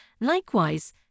Likewise